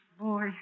Boy